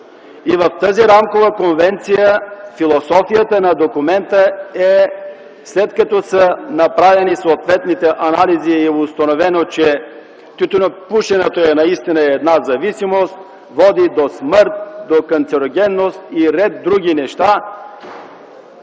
В тази рамкова конвенция философията на документа е, че след като са направени съответните анализи и е установено, че тютюнопушенето е зависимост, която води до смърт, до канцерогенност и ред други неща,